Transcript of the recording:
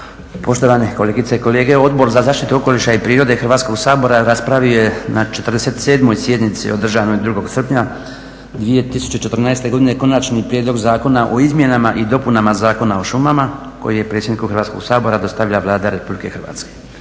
poštovane kolegice i kolege. Odbor za zaštitu okoliša i prirode Hrvatskoga sabora raspravio je na 47. sjednici održanoj 2. srpnja 2014. godine Konačni prijedlog Zakona o izmjenama i dopunama Zakona o šumama koji je predsjedniku Hrvatskog sabora dostavila Vlada Republike Hrvatske.